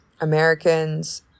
Americans